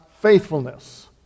faithfulness